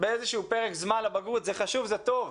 באיזה שהוא פרק זמן לבגרות, זה חשוב, זה טוב,